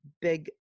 big